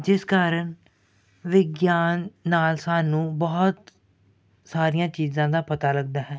ਜਿਸ ਕਾਰਨ ਵਿਗਿਆਨ ਨਾਲ ਸਾਨੂੰ ਬਹੁਤ ਸਾਰੀਆਂ ਚੀਜ਼ਾਂ ਦਾ ਪਤਾ ਲੱਗਦਾ ਹੈ